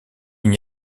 n’y